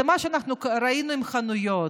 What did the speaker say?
זה מה שאנחנו ראינו עם החנויות.